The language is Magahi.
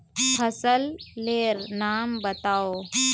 फसल लेर नाम बाताउ?